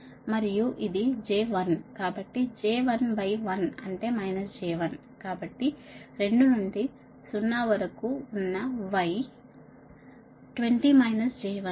మరియు ఇది j 1 కాబట్టి j 1 బై 1 అంటే j 1 కాబట్టి రెండు నుండి 0 వరకు ఉన్న yరెండు0 j 1